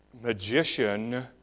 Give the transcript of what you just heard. magician